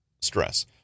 stress